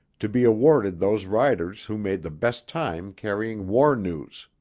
to be awarded those riders who made the best time carrying war news.